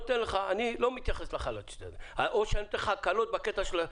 לא מתייחס לחל"ת או שאני נותן לך הקלות.